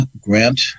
grant